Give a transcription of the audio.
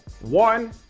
One